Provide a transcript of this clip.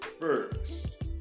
first